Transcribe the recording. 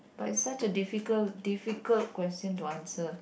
but it's such a difficult difficult question to answer